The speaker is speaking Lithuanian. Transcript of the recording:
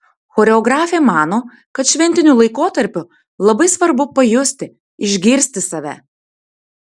choreografė mano kad šventiniu laikotarpiu labai svarbu pajusti išgirsti save